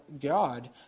God